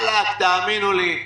תאמינו לי,